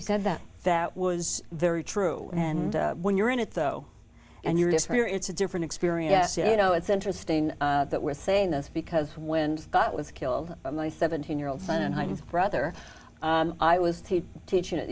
he said that that was very true and when you're in it though and you're just here it's a different experience yes you know it's interesting that we're saying this because when scott was killed my seventeen year old son and his brother i was teaching at